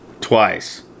Twice